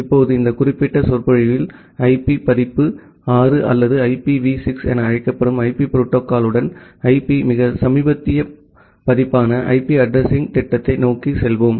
இப்போது இந்த குறிப்பிட்ட சொற்பொழிவில் ஐபி பதிப்பு 6 அல்லது ஐபிவி 6 என அழைக்கப்படும் ஐபி புரோட்டோகால்யுடன் ஐபி மிக சமீபத்திய பதிப்பான ஐபி அட்ரஸிங் திட்டத்தை நோக்கி செல்வோம்